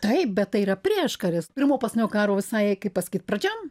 taip bet tai yra prieškaris pirmo pasaulinio karo visai kaip pasakyti pradžia